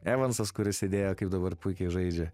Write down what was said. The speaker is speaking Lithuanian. evansas kuris sėdėjo kaip dabar puikiai žaidžia